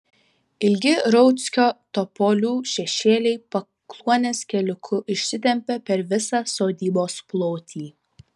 ilgi rauckio topolių šešėliai pakluonės keliuku išsitempia per visą sodybos plotį